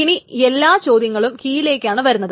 ഇനി എല്ലാ ചോദ്യങ്ങളും കീയിലേയ്ക്കാണ് വരുന്നത്